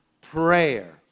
prayer